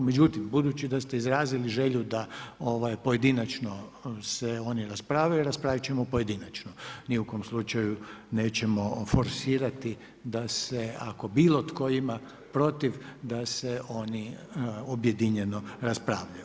Međutim, budući da ste izrazili želju da pojedinačno se oni rasprave, raspravit ćemo pojedinačno, ni u kom slučaju nećemo forsirati da se, ako bilo tko ima protiv da se oni objedinjeno raspravljaju.